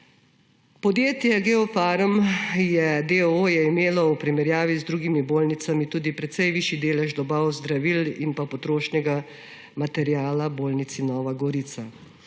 d. o. o. je imelo v primerjavi z drugimi bolnišnicami tudi precej višji delež dobav zdravil in potrošnega materiala bolnišnici Nova Gorica.